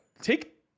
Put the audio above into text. take